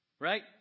Right